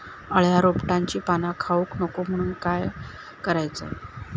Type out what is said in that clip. अळ्या रोपट्यांची पाना खाऊक नको म्हणून काय करायचा?